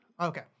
Okay